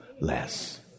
less